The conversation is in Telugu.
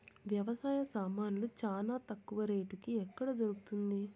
వ్యవసాయ సామాన్లు చానా తక్కువ రేటుకి ఎక్కడ దొరుకుతుంది?